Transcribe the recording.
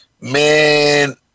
Man